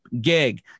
gig